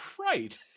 Right